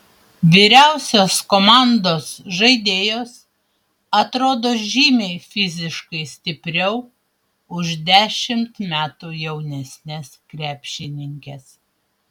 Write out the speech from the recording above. vyriausios komandos žaidėjos atrodo žymiai fiziškai stipriau už dešimt metų jaunesnes krepšininkes